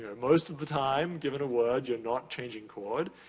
most of the time, given a word, you're not changing chord.